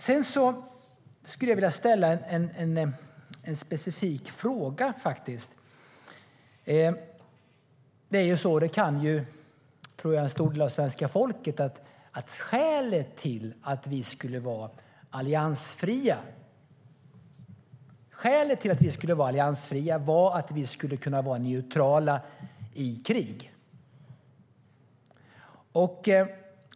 Jag skulle vilja ställa en specifik fråga. Som en stor del av svenska folket vet var skälet till att vi skulle vara alliansfria att vi skulle kunna vara neutrala i krig.